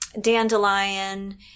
dandelion